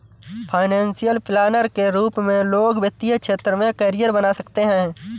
financial planner के रूप में लोग वित्तीय क्षेत्र में करियर बना सकते हैं